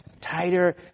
tighter